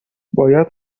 باید